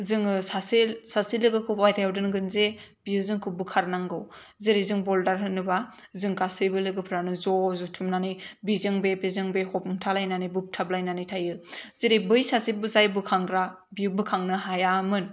जोङो सासे सासे लोगोखौ बाहेरायाव दोनगोन जे बेयो जोंखौ बोखारनांगौ जेरै जों बलदार होनोब्ला जों गासैबो लोगोफोरानो ज' जथुमनानै बिजों बे बिजों बे हमथालायनानै बोबथालायनानै थायो जेरै बै सासे जाय बोखांग्रा बि बोखांनो हायामोन